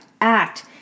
act